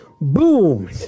Boom